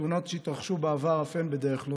בתאונות שהתרחשו בעבר אף הן בדרך לא